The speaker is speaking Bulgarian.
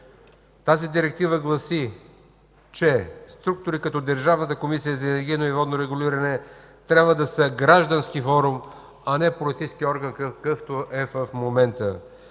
Тази Директива гласи, че структури като Държавната комисия за енергийно и водно регулиране трябва да са граждански форум, а не политически орган, какъвто е в момента.